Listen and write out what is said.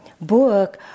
book